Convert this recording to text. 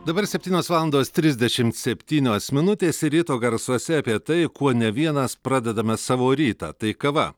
dabar septynios valandos trisdešimt septynios minutės ir ryto garsuose apie tai kuo ne vienas pradedame savo rytą tai kava